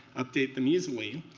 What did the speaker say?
update them easily.